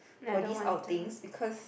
for these outings because